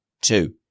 two